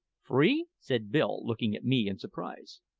free? said bill, looking at me in surprise.